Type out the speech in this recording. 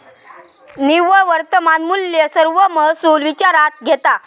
निव्वळ वर्तमान मुल्य सर्व महसुल विचारात घेता